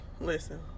listen